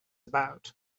about